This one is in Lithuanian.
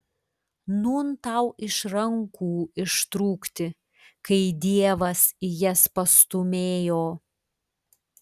nūn tau iš rankų ištrūkti kai dievas į jas pastūmėjo